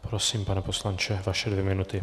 Prosím, pane poslanče, vaše dvě minuty.